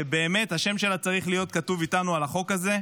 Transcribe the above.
שבאמת השם שלה צריך להיות כתוב איתנו על החוק הזה,